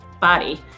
body